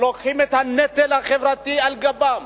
שלוקחים את הנטל החברתי על גבם,